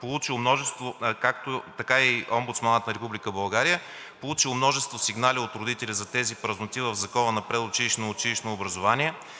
също така и Омбудсманът на Република България, получил множество сигнали от родители за тези празноти в Закона за предучилищното и училищното образование,